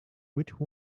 which